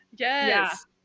yes